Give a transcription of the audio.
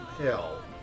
hell